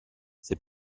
ses